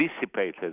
dissipated